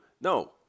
no